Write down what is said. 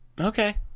Okay